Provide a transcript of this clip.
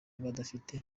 badafite